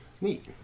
Neat